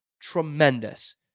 tremendous